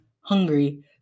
hungry